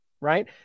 Right